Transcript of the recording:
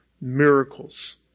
miracles